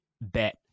bet